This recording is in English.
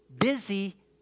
busy